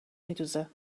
میدوزه